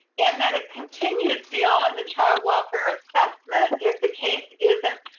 and that it continues beyond the child welfare assessment if the case isn't